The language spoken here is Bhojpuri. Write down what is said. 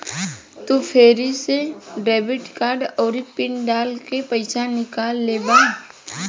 तू फेरू से डेबिट कार्ड आउरी पिन डाल के पइसा निकाल लेबे